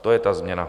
To je ta změna.